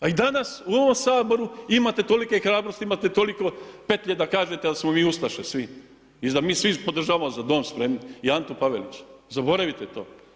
A i danas u ovom saboru imate tolike hrabrosti, imate toliko petlje da kažete da smo mi ustaše svi i da mi svi podržavamo „Za dom spremni“ i Antu Pavelića, zaboravite to.